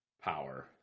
power